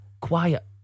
quiet